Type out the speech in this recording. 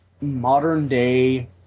modern-day